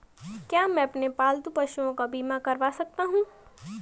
क्या मैं अपने पालतू पशुओं का बीमा करवा सकता हूं?